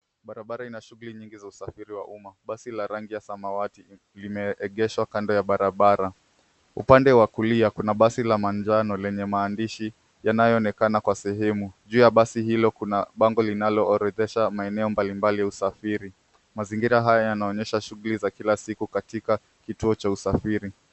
Barabara inashughuli nyingi za usafiri wa umma. Basi la rangi ya samawati limeegeshwa kando ya barabara, upande wa kulia kuna basi la manjano lenye maandishi yanayoonekana kwa sehemu, juu ya basi hilo kuna bango linalo orodhesha maeneo mbali mbali ya usafiri. Mazingira haya yanaonyesha shughuli za kila siku katika kituo cha usafiri.